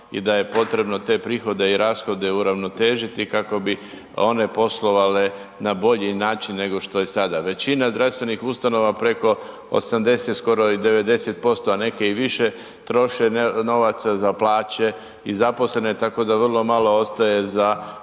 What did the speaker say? i da je potrebno te prihode i rashode uravnotežiti kako bi one poslovale na bolji način nego što je sada. Većina zdravstvenih ustanova preko 80, skoro i 90%, a neke i više troše novaca za plaće i zaposlene, tako da vrlo malo ostaje za ono